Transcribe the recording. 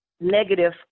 negative